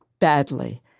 badly